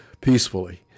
peacefully